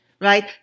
Right